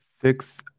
six